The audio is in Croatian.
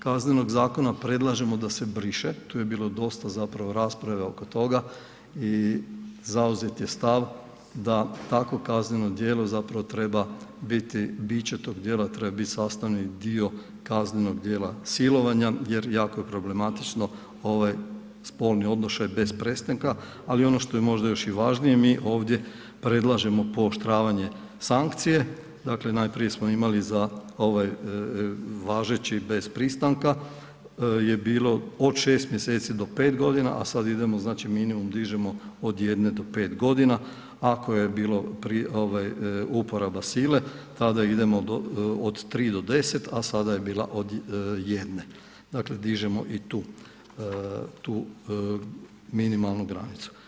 KZ-a, predlažemo da se briše, tu je bilo dosta zapravo rasprave oko toga i zauzet je stav da takvo kazneno djelo zapravo treba biti, biće tog djela treba biti sastavni dio kaznenog djela silovanja jer jako je problematično ovaj spolni odnošaj bez pristanka ali ono što je možda još i važnije, mi ovdje predlažemo pooštravanje sankcije, dakle najprije smo imali za ovaj važeći bez pristanka je bilo od 6 mj. do 5 g. a sada idemo, znači minimum dižemo od 1 do 5 g., ako je bilo uporaba sile, tada idemo od 3 do 10 a sada je bila od 1, dakle dižemo i tu minimalnu granicu.